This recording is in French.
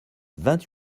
vingt